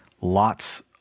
lots